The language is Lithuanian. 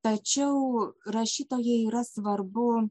tačiau rašytojai yra svarbu